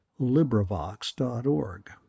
LibriVox.org